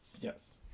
Yes